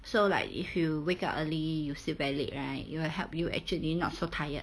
so like if you wake up early you sleep very late right it will help you actually not so tired